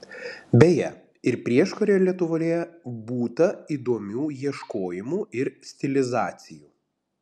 beje ir prieškario lietuvoje būta įdomių ieškojimų ir stilizacijų